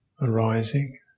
arising